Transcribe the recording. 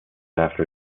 after